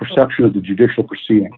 perception of the judicial proceeding